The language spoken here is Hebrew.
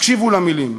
הקשיבו למילים,